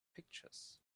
pictures